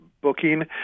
Booking